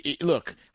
Look